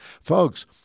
Folks